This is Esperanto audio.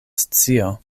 scio